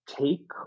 take